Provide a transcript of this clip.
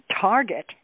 Target